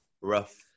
rough